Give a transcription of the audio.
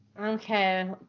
Okay